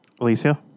Alicia